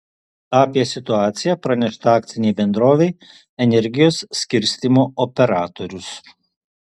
apie situaciją pranešta akcinei bendrovei energijos skirstymo operatorius